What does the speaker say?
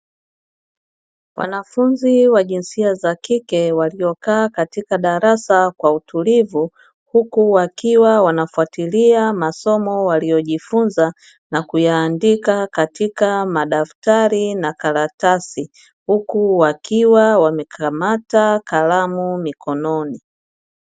Wanafunzi wa jinsia za kike, waliokaa katika darasa kwa utulivu, huku wakiwa wanafuatilia masomo waliyojifunza na kuyaandika katika madaftari na karatasi, huku wakiwa wamekamata kalamu mikononi.